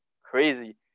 crazy